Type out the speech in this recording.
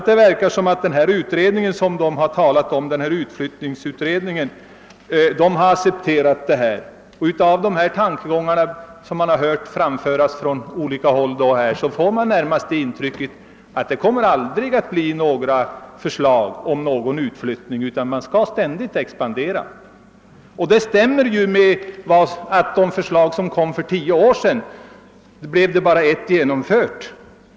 Det verkar även som om den omnämnda utflyttningsutredningen har accepterat detta. Av dessa tankegångar, som man hör framföras från olika håll, får man närmast det intrycket att det aldrig kommer att bli några förslag om utflyttning, utan verkamheten i Stockholm skall ständigt expandera. Det stämmer med det förhållandet, att av de förslag, som lades fram för tio år sedan, blev bara ett genomfört.